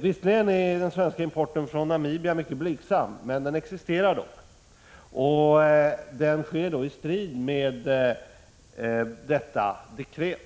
Visserligen är den svenska importen från Namibia mycket blygsam, men den existerar och sker i strid med detta dekret.